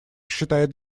считает